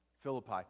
Philippi